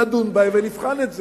נדון בזה ונבחן את זה.